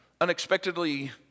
unexpectedly